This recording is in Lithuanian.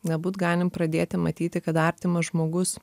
galbūt galim pradėti matyti kad artimas žmogus